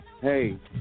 Hey